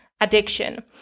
addiction